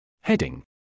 Heading